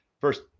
first